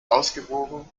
ausgewogen